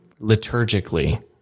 liturgically